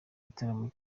gitaramo